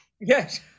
Yes